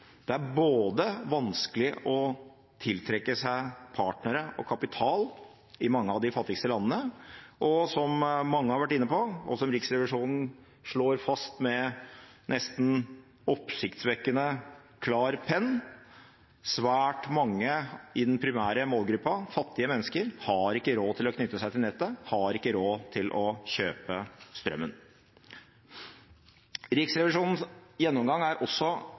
Det er vanskelig å tiltrekke seg partnere og kapital i mange av de fattigste landene, og – som mange har vært inne på, og som Riksrevisjonen slår fast med nesten oppsiktsvekkende klar penn – svært mange i den primære målgruppen, fattige mennesker, har ikke råd til å knytte seg til nettet og har ikke råd til å kjøpe strømmen. Riksrevisjonens gjennomgang er veldig godt timet også